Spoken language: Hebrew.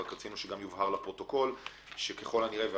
רק רצינו שיובהר לפרוטוקול שככל הנראה,